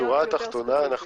השורה התחתונה,